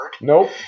Nope